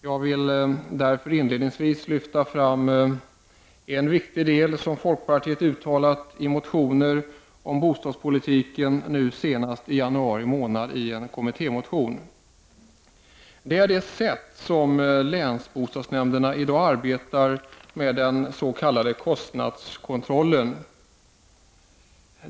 Jag vill inledningsvis lyfta fram en viktig fråga som folkpartiet har tagit upp i motioner om bostadspolitiken, nu senast i en kommittémotion i januari månad. Det gäller det sätt på vilket länsbostadsnämnderna i dag arbetar med den s.k. kostnadskontrollen.